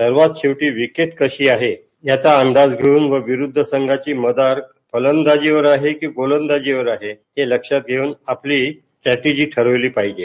सर्वात शेवटी विकेट कशी आहे याचा अंदाज घेऊन विरुद्ध संघाची मदार फलदाजीवर आहे की गोलंदाजीवर आहे हे लक्षात घेऊन आपली स्ट्रेष्ट्रेष्ट्री ठरवली पाहिजे